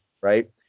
Right